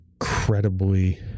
incredibly